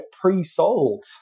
pre-sold